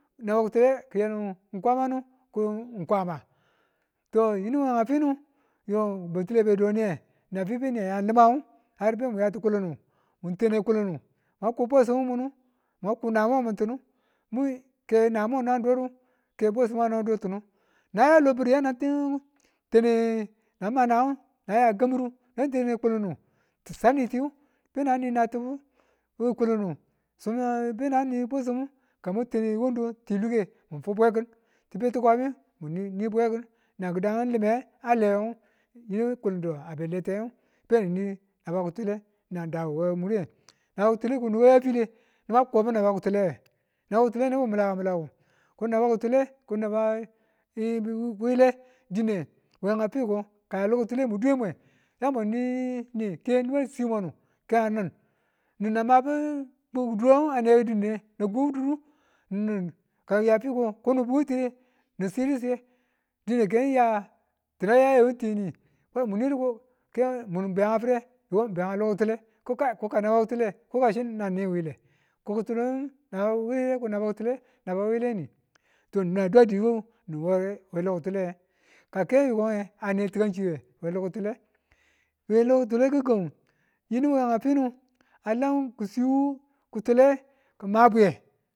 Naba ki̱tule ki̱yale kwamanu kon kwama to yinu we nga fwinu yo batile be doniye, nanfi bena ya limangu har be mwa ya ti kulunu mwaku bwesim mwaku nayemu na dodu ke bwesimba na dotinu naya lobiri yana tane nama nangan ngu na ya kambi̱ru na tane ku lindu ti saniti yiyu nani natibu kulindu be na ni bwesumu ka mwa tane wando ti luke nge mu fu bwanki̱n ng ti beti kwamiyu muni bwekin nan kidan ngu lime alewe yinu kulindu abe aleten bemini, naba kitule nan da we mure. Naba kitule kasino ka yafile niba konbu naba ki̱tulewe ko naba ki̱tule nibu ki miladu mi̱ledu dine ko naba ki̱tule aba wiyilime dine yam a fiko ka ng ya lo kịtule ki̱dwemwe na mwan yim ni nii, ke nubu a si mwanu ke a nin. Nin na mabu bakku duran a nge bwana dune a kuku duru, nan ka ng ya fiko kono bwetire ni sidu siye dine keya tina ya yayo tini, mu nwedu ko mun mun be a fire? mwiko mun be nge lokitule, ko kai ka naba kitule ni wile ko kitulen ngu naba wileni ko naba ki̱tule naba wile ni. To a dadi wu nin we loki̱tule kake yikonhe a ne ti̱kanshiwe lokitule we loki̱tule we lo ki̱tile gi̱gang a lam ki̱shi wu naba ki̱tule kima bwiye.